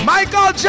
Michael